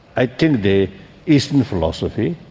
i think the eastern philosophy,